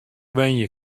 wenje